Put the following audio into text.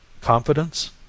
confidence